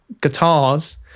guitars